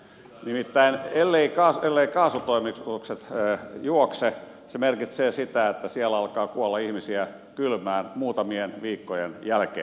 nimittäin el leivät kaasutoimitukset juokse se merkitsee sitä että siellä alkaa kuolla ihmisiä kylmään muutamien viikkojen jälkeen